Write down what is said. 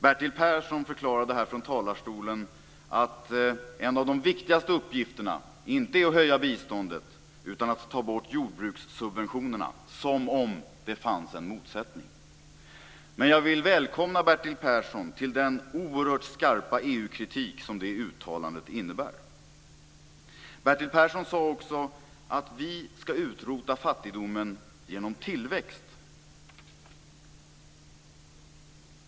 Bertil Persson förklarade här från talarstolen att en av de viktigaste uppgifterna inte är att höja biståndet utan att ta bort jordbrukssubventionerna - som om det fanns en motsättning. Men jag vill välkomna Bertil Persson till den oerhört skarpa EU-kritik som det uttalandet innebär. Bertil Persson sade också att vi ska utrota fattigdomen genom tillväxt.